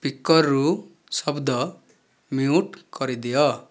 ସ୍ପିକର୍ରୁ ଶବ୍ଦ ମ୍ୟୁଟ୍ କରିଦିଅ